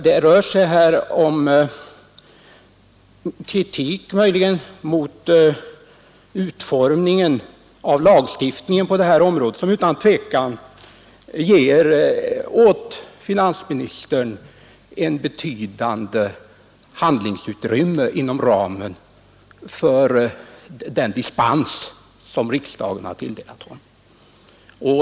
Det rör sig här möjligen om kritik 555 mot utformningen av lagstiftningen på detta område, vilken utan tvivel — Granskning av statsger finansministern ett betydande handlingsutrymme inom ramen för den = ”ådens ämbetsutövdispens som riksdagen tilldelat honom.